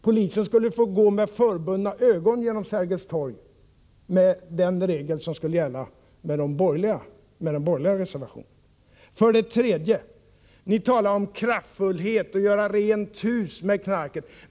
Polisen skulle nog få gå med förbundna ögon över Sergels torg, om den regel skulle gälla som föreslås i den borgerliga reservationen. För det tredje. Ni talar om kraftfullhet och om att göra rent hus med knarket.